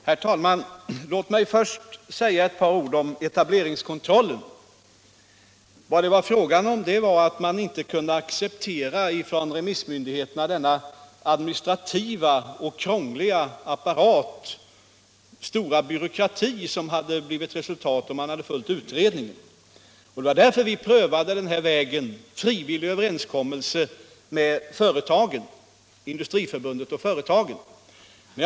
Herr talman! Låt mig först säga ett par ord om etableringskontrollen! Vad det var fråga om var att remissmyndigheterna inte kunde acceptera den krångliga administrativa apparat, den stora byråkrati, som hade blivit följden om man följt utredningens förslag. Det var därför vi prövade att gå vägen över frivillig överenskommelse med Industriförbundet och företagen.